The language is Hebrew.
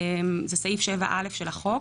זה סעיף 7א של החוק.